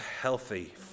healthy